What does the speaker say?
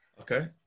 Okay